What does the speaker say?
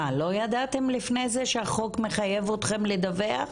מה, לא ידעתם לפני זה שהחוק מחייב אתכם לדווח?